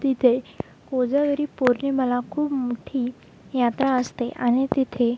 तिथे कोजागिरी पौर्णीमाला खूप मोठी यात्रा असते आणि तिथे